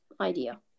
idea